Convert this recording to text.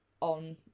on